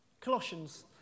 Colossians